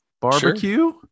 barbecue